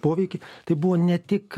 poveikį tai buvo ne tik